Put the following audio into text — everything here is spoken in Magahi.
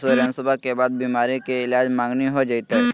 इंसोरेंसबा के बाद बीमारी के ईलाज मांगनी हो जयते?